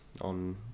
on